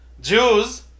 Jews